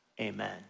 amen